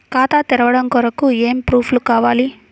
ఖాతా తెరవడం కొరకు ఏమి ప్రూఫ్లు కావాలి?